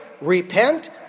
repent